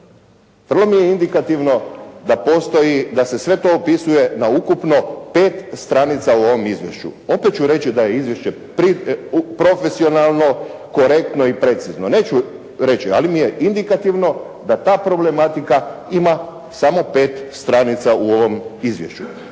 vrlo mi je indikativno da postoji, da se sve to opisuje na ukupno 5 stranica u ovom Izvješću. Opet ću reći da je izvješće profesionalno, korektno i precizno. Neću reći, ali mi je indikativno da ta problematika ima samo 5 stranica u ovom izvješću.